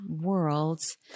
worlds